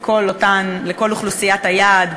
לכל אוכלוסיית היעד,